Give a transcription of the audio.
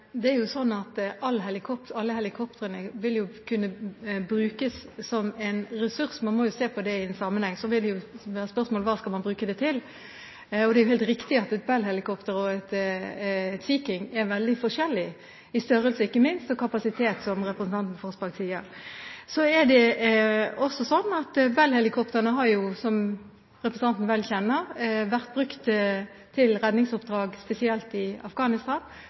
Det er slik at alle helikoptrene vil kunne brukes som en ressurs; man må se det i en sammenheng. Så blir spørsmålet: Hva skal man bruke det til? Det er helt riktig at et Bell-helikopter og en Sea King er veldig forskjellige – i størrelse, ikke minst, og i kapasitet, som representanten Korsberg sier. Så er det slik at Bell-helikoptrene har, som representanten vel kjenner, vært brukt til redningsoppdrag, spesielt i Afghanistan.